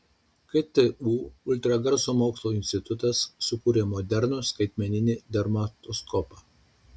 ktu ultragarso mokslo institutas sukūrė modernų skaitmeninį dermatoskopą